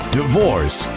divorce